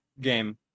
game